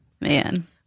man